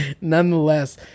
Nonetheless